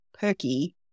perky